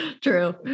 true